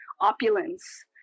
opulence